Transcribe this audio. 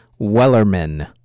Wellerman